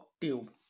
tube